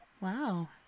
wow